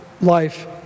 life